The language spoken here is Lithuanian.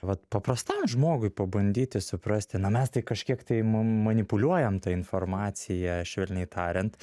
vat paprastam žmogui pabandyti suprasti na mes tai kažkiek tai ma manipuliuojam ta informacija švelniai tariant